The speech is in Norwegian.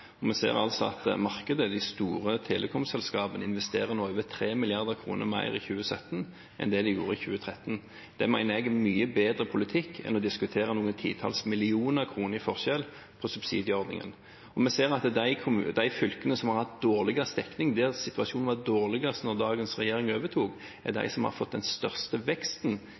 Vi ser at markedet, de store telekomselskapene, investerer over 3 mrd. kr mer i 2017 enn det de gjorde i 2013. Det mener jeg er en mye bedre politikk enn å diskutere noen titalls millioner kroner i forskjell i subsidieordningen. Og vi ser at de fylkene som har hatt dårligst dekning, der situasjonen var dårligst da dagens regjering overtok, er de som har fått den største veksten